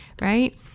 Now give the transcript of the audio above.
right